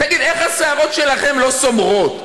תגיד, איך השערות שלכם לא סומרות?